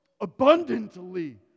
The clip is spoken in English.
abundantly